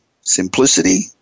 simplicity